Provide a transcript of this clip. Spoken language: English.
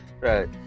Right